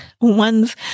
Ones